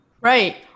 Right